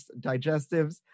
digestives